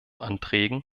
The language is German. anträgen